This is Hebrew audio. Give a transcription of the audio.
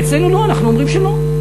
אצלנו לא, אנחנו אומרים שלא.